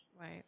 Right